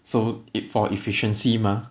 so it for efficiency mah